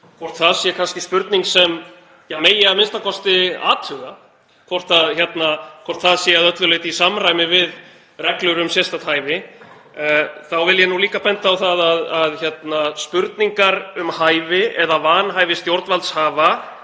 hvort það sé kannski spurning sem megi a.m.k. athuga og hvort það sé að öllu leyti í samræmi við reglur um sérstakt hæfi, þá vil ég líka benda á að spurningar um hæfi eða vanhæfi stjórnvaldshafa,